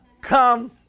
come